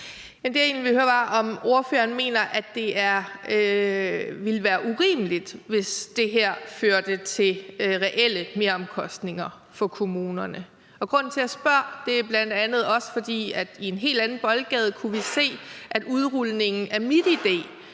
Det, jeg egentlig ville høre, var, om ordføreren mener, at det ville være urimeligt, hvis det her førte til reelle meromkostninger for kommunerne. Grunden til, at jeg spørger, er bl.a. også, at i en helt anden boldgade kunne vi se, at udrulningen af MitID